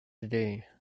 today